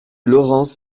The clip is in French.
laurence